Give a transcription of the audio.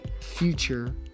future